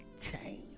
change